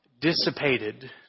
dissipated